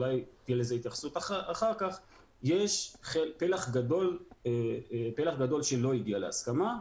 יש פלח גדול שלא הגיע להסכמה,